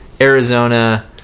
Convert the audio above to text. Arizona